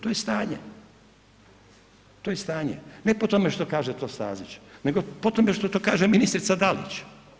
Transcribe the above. To je stanje, to je stanje, ne po tome što to kaže Stazić neto po tome što to kaže ministrica Dalić.